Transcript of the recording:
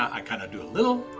i kind of do a little.